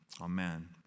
Amen